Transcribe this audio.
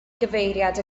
gyfeiriad